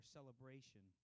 celebration